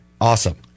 Awesome